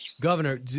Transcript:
Governor